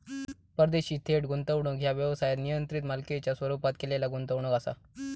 परदेशी थेट गुंतवणूक ह्या व्यवसायात नियंत्रित मालकीच्यो स्वरूपात केलेला गुंतवणूक असा